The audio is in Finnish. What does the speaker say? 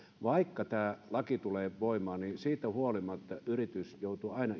vaikka tämä laki tulee voimaan siitä huolimatta yritys joutuu aina